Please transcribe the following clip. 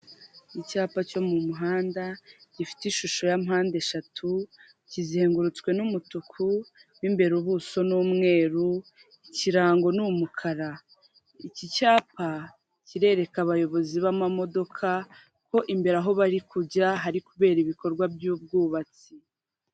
Icyapa cyo mu muhanda gifite ishusho ya mpande eshatu kizengurutswe n'umutuku, imbere ubuso n'umweru, ikirango n'umukara. Iki cyapa kirereka abayobozi b'amamodoka ko imbere aho bari kujya hari kubera ibikorwa by'ubwubatsi.